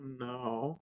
no